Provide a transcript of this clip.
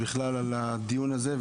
בכלל על הדיון הזה.